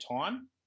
time